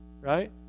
Right